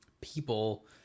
people